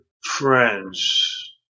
friends